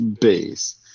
base